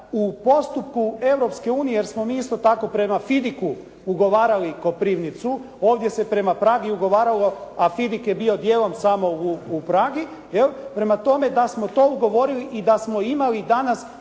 u postupku Europske unije jer smo mi isto tako prema FIDIC-u ugovarali Koprivnicu. Ovdje se prema PRAG-i ugovaralo, a FIDIC je bio dijelom samo u PRAG-i. Prema tome, da smo to ugovorili i da smo imali danas